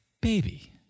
baby